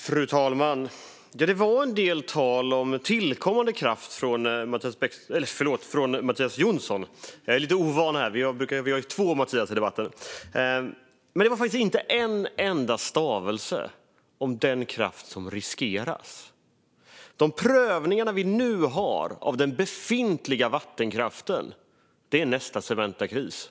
Fru talman! Det var en del tal om tillkommande kraft från Mattias Jonsson men inte en enda stavelse om den kraft som riskeras. De prövningar vi nu har av den befintliga vattenkraften är nästa Cementakris.